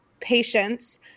patients